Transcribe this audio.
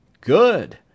Good